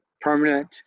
permanent